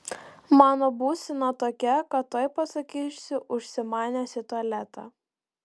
mano būsena tokia kad tuoj pasakysiu užsimanęs į tualetą